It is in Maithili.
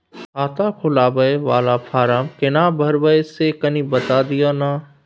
खाता खोलैबय वाला फारम केना भरबै से कनी बात दिय न?